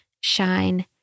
shine